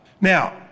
Now